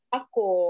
ako